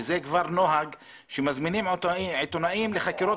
וזה כבר נוהג שמזמינים עיתונאים לחקירות